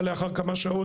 ברוך-השם,